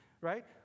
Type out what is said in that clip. right